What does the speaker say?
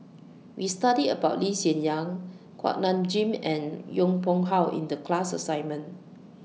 We studied about Lee Hsien Yang Kuak Nam Jin and Yong Pung How in The class assignment